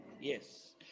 Yes